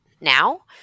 now